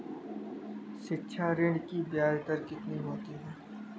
शिक्षा ऋण की ब्याज दर कितनी होती है?